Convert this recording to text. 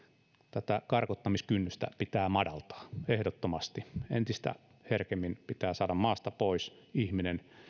tätä karkottamiskynnystä pitää madaltaa ehdottomasti entistä herkemmin pitää saada maasta pois ihminen